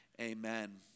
amen